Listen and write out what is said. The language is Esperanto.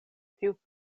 tiu